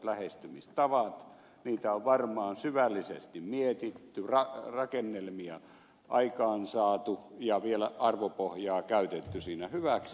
niitä on varmaan syvällisesti mietitty rakennelmia aikaansaatu ja vielä arvopohjaa käytetty siinä hyväksi